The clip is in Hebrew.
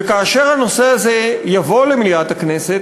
וכאשר הנושא הזה יבוא למליאת הכנסת,